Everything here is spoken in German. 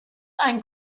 ein